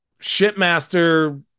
Shipmaster